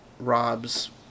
rob's